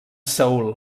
seül